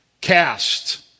Cast